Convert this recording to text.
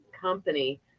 company